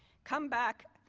come back